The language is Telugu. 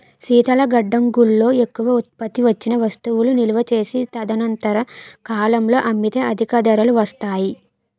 శీతల గడ్డంగుల్లో ఎక్కువ ఉత్పత్తి వచ్చిన వస్తువులు నిలువ చేసి తదనంతర కాలంలో అమ్మితే అధిక ధరలు వస్తాయి